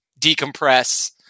decompress